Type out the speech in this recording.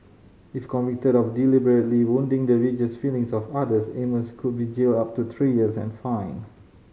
if convicted of deliberately wounding the religious feelings of others Amos could be jailed up to three years and fined